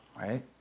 Right